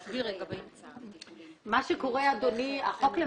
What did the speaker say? נכון שמבחינת ההיקף זה לא אחד לאחד.